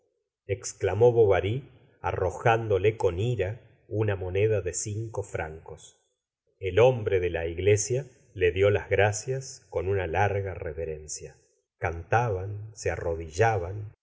exclamó bovary arrojándole con ira una moneda de cinco francos el hombre de la iglesia le dió las gracias con una larga reverencia cantaban se arrodillaban